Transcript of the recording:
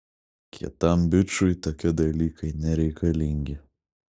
kietam bičui tokie dalykai nereikalingi